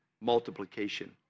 multiplication